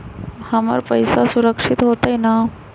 हमर पईसा सुरक्षित होतई न?